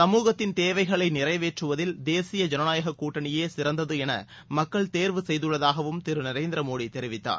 சமூகத்தின் தேவைகளை நிறைவேற்றுவதில் தேசிய ஜனநாயக கூட்டணியே சிறந்தது என மக்கள் தேர்வு செய்துள்ளதாகவும் திரு நரேந்திர மோடி தெரிவித்தார்